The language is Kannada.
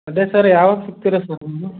ಅದೇ ಸರ್ ಯಾವಾಗ ಸಿಕ್ತೀರ ಸರ್ ನೀವು